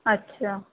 अछा